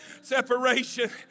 separation